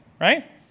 right